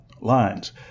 lines